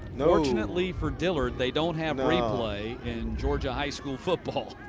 fortunately, for diller, they don't have replay in georgia high school football.